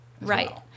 right